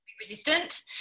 resistant